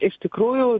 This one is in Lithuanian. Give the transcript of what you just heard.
iš tikrųjų